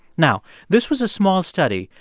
now, this was a small study,